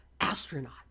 astronaut